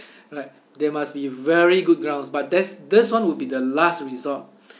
right there must be very good grounds but that's this one will be the last resort